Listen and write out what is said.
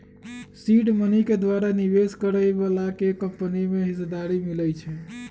seed money के द्वारा निवेश करए बलाके कंपनी में हिस्सेदारी मिलइ छइ